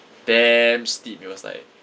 damn steep it was like